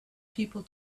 people